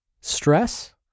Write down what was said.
stress